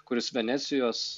kuris venecijos